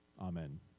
Amen